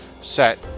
set